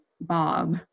bob